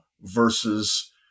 versus